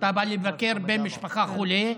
כשאתה בא לבקר בן משפחה חולה,